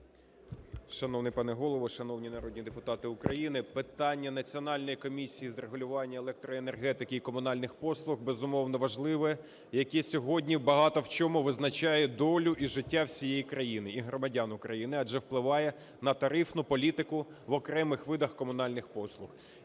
Шановний пане Голово, шановні народні депутати України! Питання Національної комісії з регулювання електроенергетики і комунальних послуг, безумовно, важливе, яке сьогодні багато в чому визначає долю і життя всієї країни і громадян України, адже впливає на тарифну політику в окремих видах комунальних послуг.